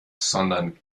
sondern